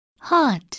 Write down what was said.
Hot